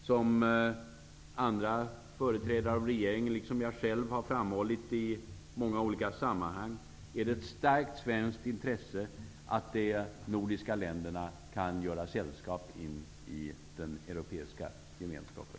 Som andra företrädare för regeringen liksom jag själv har framfört många gånger, är det ett starkt svenskt intresse att de nordiska länderna kan göra sällskap in i den Europeiska gemenskapen.